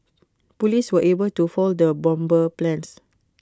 Police were able to foil the bomber's plans